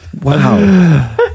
wow